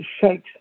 shakes